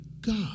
God